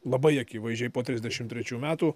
labai akivaizdžiai po trisdešim trečių metų